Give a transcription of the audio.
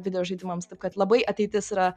videožaidimams taip kad labai ateitis yra